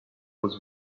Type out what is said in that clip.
was